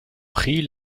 pris